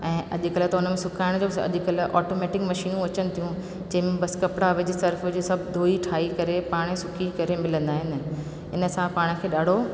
ऐं अॼुकल्ह त उन में सुकाइण जो बि अॼुकल्ह ऑटोमेटिक मशीनियूं अचनि थियूं जंहिंमे बसि कपिड़ा विझ सर्फ विझ सभु धुई ठाही करे पाण सुकी करे मिलंदा आहिनि इन सां पाण खे ॾाढो